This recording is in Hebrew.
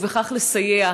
ובכך לסייע.